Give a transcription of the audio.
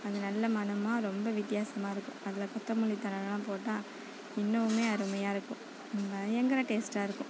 அது நல்ல மணமாக ரொம்ப வித்தியாசமாக இருக்கும் அதில் கொத்தமல்லி தழையெல்லாம் போட்டால் இன்னுமே அருமையாக இருக்கும் பயங்கர டேஸ்டாக இருக்கும்